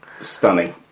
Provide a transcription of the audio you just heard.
stunning